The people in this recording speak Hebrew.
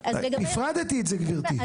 הפרדתי את זה, גברתי.